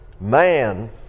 Man